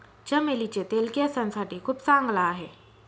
चमेलीचे तेल केसांसाठी खूप चांगला आहे